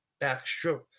backstroke